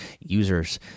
users